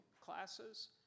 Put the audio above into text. classes